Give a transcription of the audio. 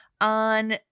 on